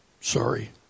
Sorry